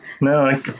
No